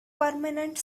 permanent